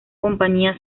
compañía